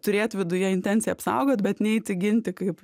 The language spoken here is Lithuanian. turėt viduje intenciją apsaugot bet neiti ginti kaip